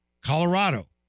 Colorado